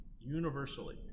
universally